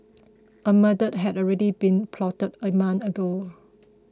a murder had already been plotted a month ago